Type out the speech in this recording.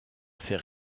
ses